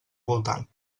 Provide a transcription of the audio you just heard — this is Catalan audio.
voltant